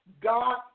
God